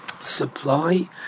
supply